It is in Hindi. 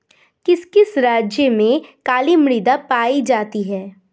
किस किस राज्य में काली मृदा पाई जाती है?